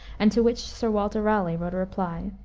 and to which sir walter raleigh wrote a reply.